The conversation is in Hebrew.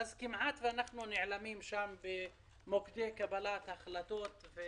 אנחנו כמעט נעלמים במוקדי קבלת ההחלטות.